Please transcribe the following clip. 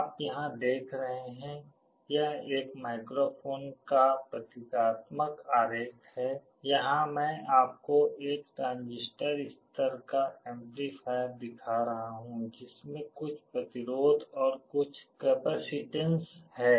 आप यहाँ देख रहे हैं यह एक माइक्रोफोन का प्रतीकात्मक आरेख है यहाँ मैं आपको एक ट्रांजिस्टर स्तर का एम्पलीफायर दिखा रहा हूँ जिसमें कुछ प्रतिरोध और कुछ कपसिटंस हैं